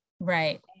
Right